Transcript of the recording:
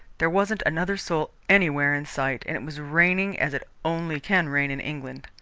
there wasn't another soul anywhere in sight, and it was raining as it only can rain in england.